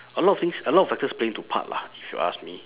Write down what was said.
a lot of things a lot of factors play into part lah if you ask me